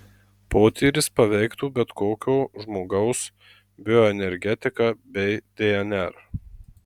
potyris paveiktų bet kokio žmogaus bioenergetiką bei dnr